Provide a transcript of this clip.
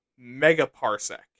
megaparsec